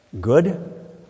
Good